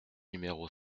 numéros